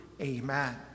Amen